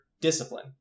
discipline